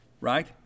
right